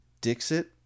Dixit